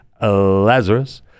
Lazarus